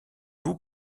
vous